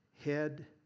head